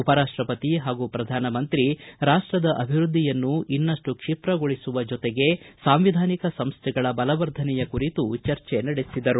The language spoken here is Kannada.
ಉಪರಾಷ್ಟಪತಿ ಹಾಗೂ ಪ್ರಧಾನಮಂತ್ರಿ ರಾಷ್ಟದ ಅಭಿವೃದ್ಧಿಯನ್ನು ಇನ್ನಷ್ಟು ಕ್ಷಿಪ್ರಗೊಳಿಸುವ ಜೊತೆಗೆ ಸಾಂವಿಧಾನಿಕ ಸಂಸ್ಟೆಗಳ ಬಲವರ್ಧನೆಯ ಕುರಿತೂ ಚರ್ಚಿಸಿದರು